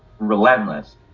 relentless